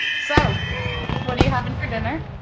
so what are you having for dinner?